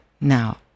Now